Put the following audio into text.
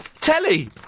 telly